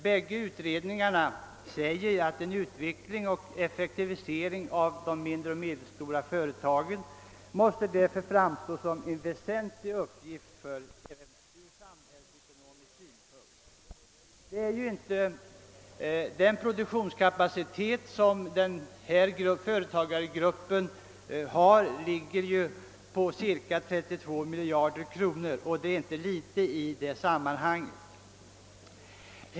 Båda utredningarna framhåller att en utveckling och effektivisering av de mindre och medelstora företagen därför måste framstå som en väsentlig uppgift från samhällsekonomisk synpunkt. Denna företagargrupps produktionskapacitet uppgår till cirka 32 miljarder kronor vilket inte är så litet i detta sammanhang.